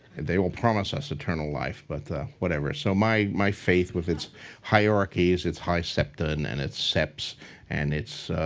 they will promise us eternal life, but whatever. so my my faith with its hierarchies, its high septon, and its septs and its